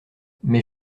mais